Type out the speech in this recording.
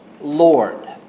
Lord